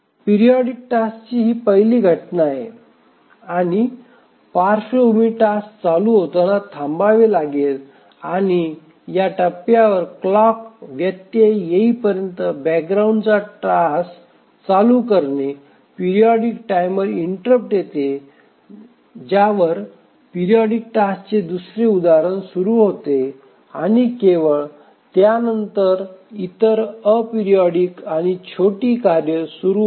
periodic टास्कची ही पहिली घटना आहे आणि पार्श्वभूमी टास्क चालू होताना थांबावे लागेल आणि या टप्प्यावर क्लॉक व्यत्यय येईपर्यंत बॅकग्राउंड टास्क चालू करणे पेरियॉडिक टायमर इंटरप्ट येते ज्यावर पेरियॉडिक टास्कचे दुसरे उदाहरण सुरू होते आणिकेवळ त्यानंतरच इतर अॅपरियोडिक आणि छोटी कार्ये सुरू होते